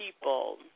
people